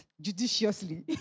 judiciously